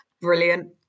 Brilliant